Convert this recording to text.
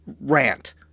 rant